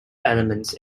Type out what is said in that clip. elements